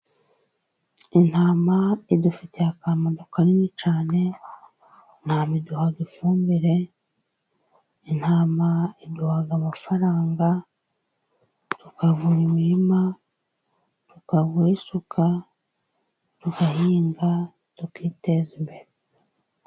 Intama idufitiye akamaro kanini cyane, intama iduha ifumbire, intama iduha amafaranga, tukagura imirima, tukagura isuka, tugahinga, tukiteza imbere.